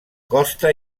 costa